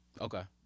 Okay